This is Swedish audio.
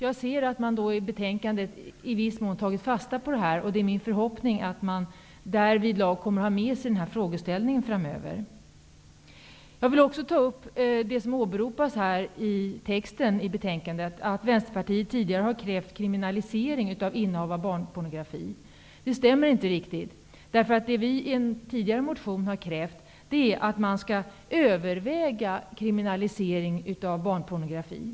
Jag ser att man i betänkandet i viss mån har tagit fasta på det här, och det är min förhoppning att man därvidlag kommer att ha med sig den frågeställningen framöver. Jag vill också ta upp det som åberopas i texten i betänkandet, dvs. att Vänsterpartiet tidigare har krävt kriminalisering av innehav av barnpornografi. Det stämmer inte riktigt. Det vi i en tidigare motion har krävt är att man skall överväga kriminalisering av barnpornografi.